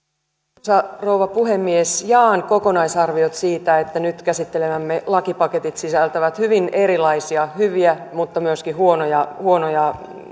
arvoisa rouva puhemies jaan koko naisarviot siitä että nyt käsittelemämme lakipaketit sisältävät hyvin erilaisia hyviä mutta myöskin huonoja huonoja